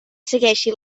segueixi